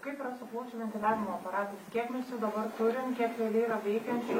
kaip yra su plaučių ventiliavimo aparatais kiek mes jų dabar turim kiek realiai yra veikiančių